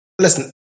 listen